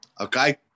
okay